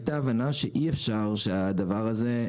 הייתה הבנה שאי אפשר שהדבר הזה,